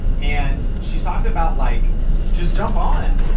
and she's talked about like just jump on,